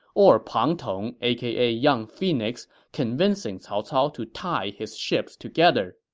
or pang tong, aka young phoenix, convincing cao cao to tie his ships together.